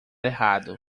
errado